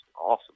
awesome